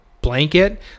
Blanket